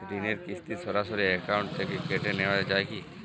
ঋণের কিস্তি সরাসরি অ্যাকাউন্ট থেকে কেটে নেওয়া হয় কি?